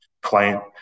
client